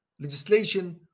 legislation